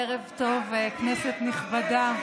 ערב טוב, כנסת נכבדה.